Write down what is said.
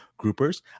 groupers